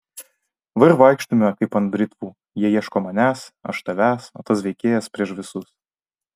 va ir vaikštome kaip ant britvų jie ieško manęs aš tavęs o tas veikėjas prieš visus